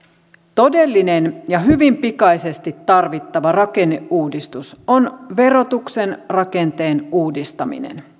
todellinen ja hyvin pikaisesti tarvittava rakenneuudistus on verotuksen rakenteen uudistaminen